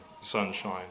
sunshine